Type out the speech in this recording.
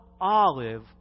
olive